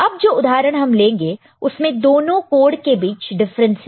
अब जो उदाहरण हम लेंगे उसमें दोनों कोड के बीच डिफरेंस है